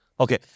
Okay